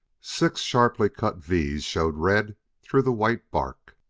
six sharply cut v's showed red through the white bark,